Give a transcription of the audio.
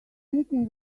anything